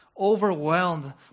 overwhelmed